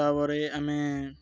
ତା'ପରେ ଆମେ